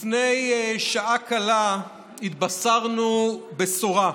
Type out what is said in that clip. לפני שעה קלה התבשרנו בשורה: